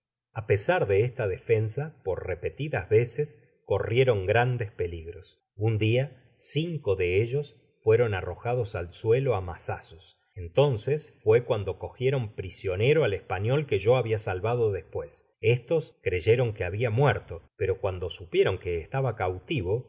a pes de esta defensa por repetidas veces corrieron grandes peligros un dia cinco de ellos fueron arrojados al suelo á mazazos entonces fué cuando cogieron prisionero al español que yo habia salvado despues estos creyeron que habia muerto pero cuando supieron que estaba cautivo